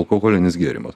alkoholinis gėrimas